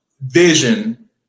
vision